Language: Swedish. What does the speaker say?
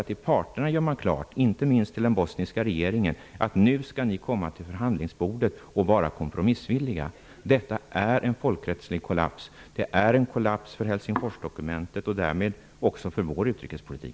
Det har gjorts klart för parterna, inte minst den bosniska regeringen, att de skall komma till förhandlingsbordet och vara kompromissvilliga. Detta är en folkrättslig kollaps och en kollaps för Helsingforsdokumentet och därmed för vår utrikespolitik.